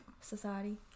society